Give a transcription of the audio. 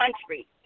country